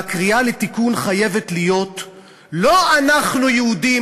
הקריאה לתיקון חייבת להיות לא "אנחנו יהודים,